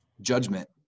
judgment